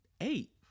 eight